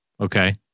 Okay